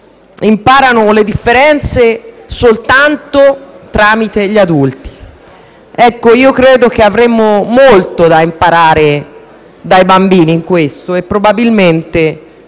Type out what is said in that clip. imparano le differenze soltanto tramite gli adulti. Ecco io credo che avremmo molto da imparare dai bambini in questo e probabilmente